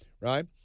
right